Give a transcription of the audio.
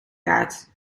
gaat